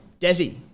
Desi